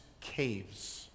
caves